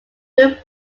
duo